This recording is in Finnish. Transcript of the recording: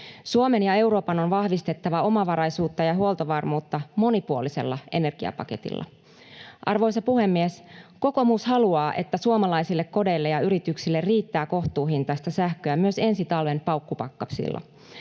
Suomen ja Euroopan on vahvistettava omavaraisuutta ja huoltovarmuutta monipuolisella energiapaletilla. Arvoisa puhemies! Kokoomus haluaa, että suomalaisille kodeille ja yrityksille riittää kohtuuhintaista sähköä myös ensi talven paukkupakkasilla.